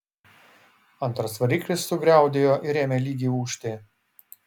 antras variklis sugriaudėjo ir ėmė lygiai ūžti